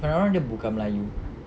if I'm not wrong dia bukan melayu